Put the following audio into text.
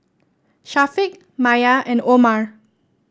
Syafiq Maya and Omar